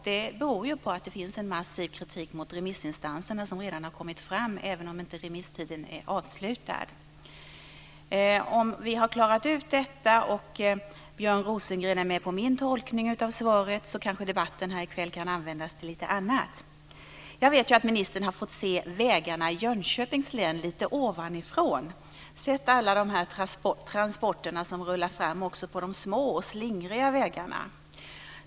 Det beror ju på att det finns en massiv kritik mot remissinstanserna som redan har kommit fram, även om inte remisstiden är avslutad. Om vi har klarat ut detta och Björn Rosengren är med på min tolkning av svaret så kanske debatten här i kväll kan användas till lite annat. Jag vet ju att ministern har fått se vägarna i Jönköpings län lite ovanifrån, sett alla de transporter som rullar fram också på de små och slingriga vägarna.